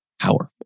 powerful